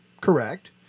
Correct